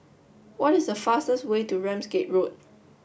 what is the fastest way to Ramsgate Road